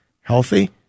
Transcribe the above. healthy